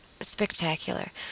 spectacular